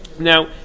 Now